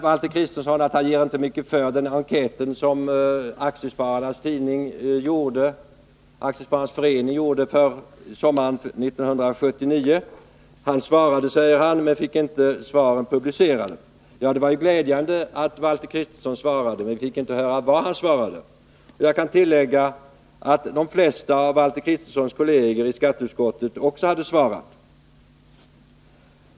Valter Kristenson säger att han inte ger mycket för den enkät som Aktieägarnas förening gjorde sommaren 1979. Han svarade, säger han, men fick inte svaren publicerade. Ja, det var ju glädjande att Valter Kristenson svarade. Vi fick emellertid inte höra vad han svarade. Jag kan tillägga att de flesta av Valter Kristensons kolleger i skatteutskottet också hade svarat.